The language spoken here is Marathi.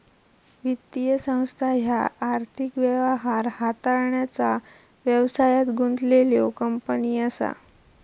वित्तीय संस्था ह्या आर्थिक व्यवहार हाताळण्याचा व्यवसायात गुंतलेल्यो कंपनी असा